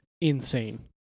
insane